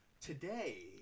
Today